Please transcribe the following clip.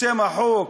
בשם החוק.